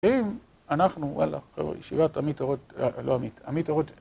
אם אנחנו, וואלה, קרוב, ישיבת עמית אןרות, לא עמית, עמית אורות